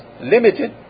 limited